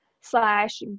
slash